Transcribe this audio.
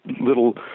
little